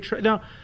Now